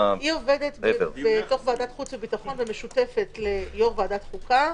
היא עובדת בתוך ועדת חוץ וביטחון ומשותפת ליו"ר ועדת החוקה,